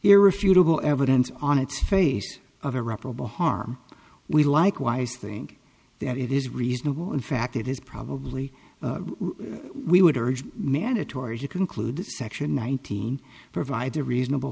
irrefutable evidence on its face of irreparable harm we likewise think that it is reasonable in fact it is probably we would urge mandatory to conclude that section nineteen provides a reasonable